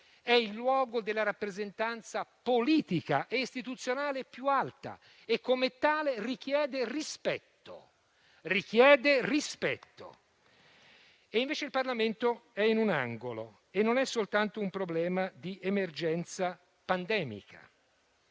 è il luogo della rappresentanza politica e istituzionale più alta e, come tale, richiede rispetto. Il Parlamento è invece in un angolo e non è soltanto un problema di emergenza pandemica.